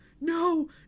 No